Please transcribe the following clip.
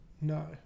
No